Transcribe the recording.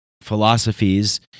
philosophies